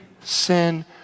sin